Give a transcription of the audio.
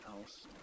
else